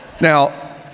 Now